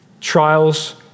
trials